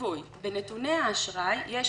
בנתוני האשראי, יש